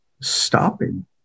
stopping